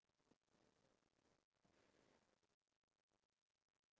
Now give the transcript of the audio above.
I feel I'm I'm more comfortable with her but the same thing I still